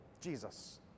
Jesus